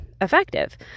effective